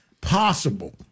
possible